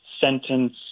sentence